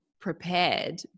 prepared